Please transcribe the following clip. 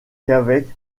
qu’avec